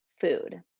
food